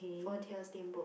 four tier steamboat